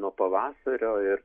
nuo pavasario ir